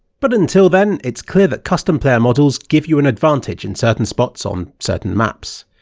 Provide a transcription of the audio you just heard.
but until then, it's clear that custom player models give you an advantage in certain spots on certain maps.